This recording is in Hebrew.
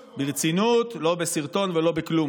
ברצינות, לא בסרטון ולא בכלום.